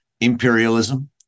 imperialism